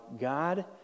God